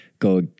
go